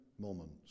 moments